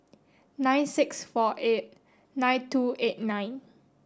nine six four eight nine two eight nine